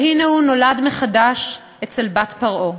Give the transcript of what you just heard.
והנה, הוא נולד מחדש אצל בת פרעה.